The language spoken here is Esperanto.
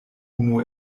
unu